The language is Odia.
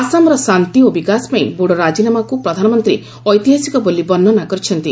ଆସାମର ଶାନ୍ତି ଓ ବିକାଶ ପାଇଁ ବୋଡୋ ରାଜିନାମାକୁ ପ୍ରଧାନମନ୍ତ୍ରୀ ଐତିହାସିକ ବୋଲି ବର୍ଷନା କରିଛନ୍ତି